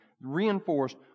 reinforced